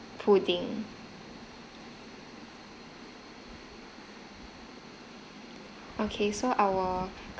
pudding okay so our